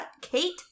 Kate